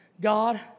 God